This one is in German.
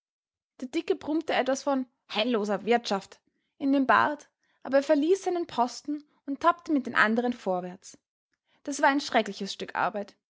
der dicke brummte etwas von heilloser wirtschaft in den bart aber er verließ seinen posten und tappte mit den anderen vorwärts das war ein schreckliches stück arbeit